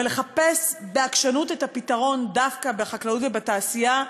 אבל לחפש בעקשנות את הפתרון דווקא בחקלאות ובתעשייה,